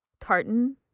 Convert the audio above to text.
Tartan